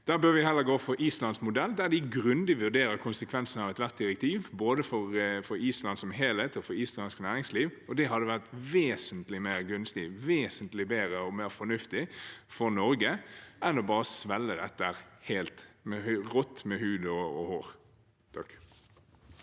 Da bør vi heller gå for Islands modell, der de grun dig vurderer konsekvensen av ethvert direktiv, både for Island som helhet og for islandsk næringsliv. Det hadde vært vesentlig mer gunstig, vesentlig bedre og mer fornuftig for Norge enn bare å svelge dette helt rått, med hud og hår. Marit